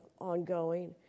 ongoing